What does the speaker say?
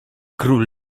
król